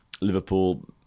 Liverpool